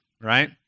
right